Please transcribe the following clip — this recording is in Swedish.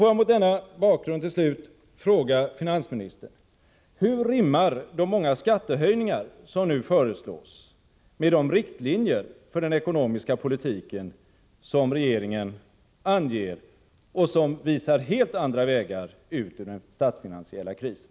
Får jag mot denna bakgrund slutligen fråga finansministern: Hur rimmar de många skattehöjningar som nu föreslås med de riktlinjer för den ekonomiska politiken som regeringen anger och som visar helt andra vägar ut ur den statsfinansiella krisen?